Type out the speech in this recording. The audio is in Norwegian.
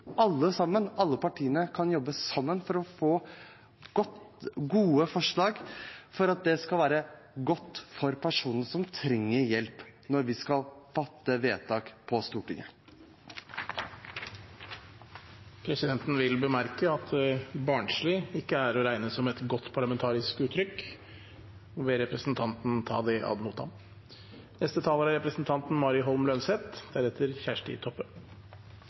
alle sammen, alle partiene, kan jobbe sammen for å få gode forslag for personer som trenger hjelp, når vi skal fatte vedtak på Stortinget. Presidenten vil bemerke at «barnslig» ikke er å regne som et godt parlamentarisk uttrykk og ber representanten ta det ad